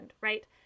right